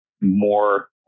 more